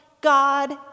God